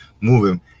moving